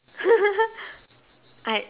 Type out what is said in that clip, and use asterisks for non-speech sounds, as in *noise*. *laughs* what